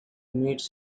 meets